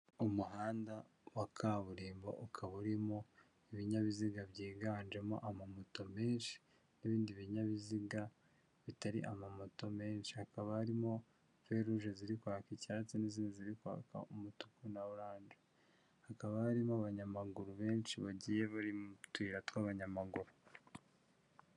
Umuhanda wa kaburimbo ukaba urimo ibinyabiziga byiganjemo ama moto menshi n'ibindi binyabiziga bitari amamoto menshi, hakaba harimo feruje ziri kwaka icyatsi n'izindi ziri kwaka umutuku na oranje, hakaba harimo abanyamaguru benshi bagiye bari mu tuyira tw'abanyamaguru.